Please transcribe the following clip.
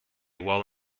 while